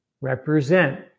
represent